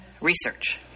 research